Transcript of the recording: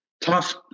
tough